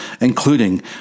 including